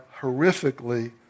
horrifically